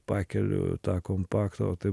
pakeliu tą kompaktą o tai